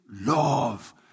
love